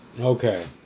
okay